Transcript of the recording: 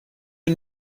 you